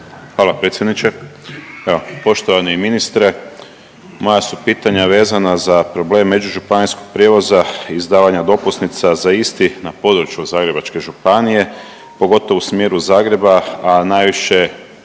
Hvala predsjedniče. Evo poštovani ministre moja su pitanja vezana za problem međužupanijskog prijevoza, izdavanja dopusnica za isti na području Zagrebačke županije pogotovo u smjeru Zagreba, a najviše